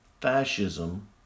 Fascism